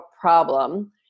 problem